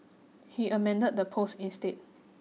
he amended the post instead